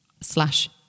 slash